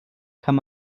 kann